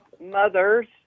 mother's